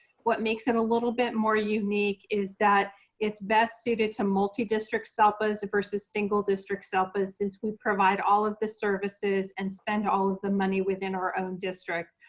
what makes it a little bit more unique is that it's best suited to multi-district selpas versus single district selpas since we provide all of the services and spend all of the money within our own district,